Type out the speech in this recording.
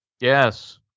yes